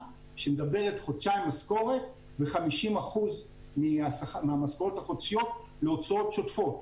שמדברת על חודשיים משכורת ו-50% מהמשכורת החודשיות להוצאות שוטפות,